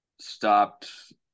stopped